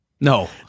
No